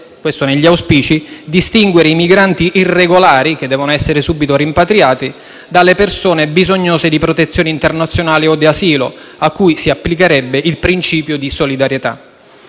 questo negli auspici - distinguere i migranti irregolari, che devono essere subito rimpatriati, dalle persone bisognose di protezione internazionale o di asilo, a cui si applicherebbe il principio di solidarietà.